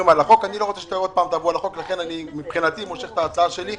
אני לא רוצה שעוד פעם תעברו על החוק ואני מושך את ההצעה שלי,